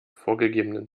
vorgegebenen